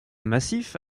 massif